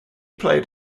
played